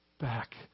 back